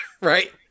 Right